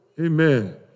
Amen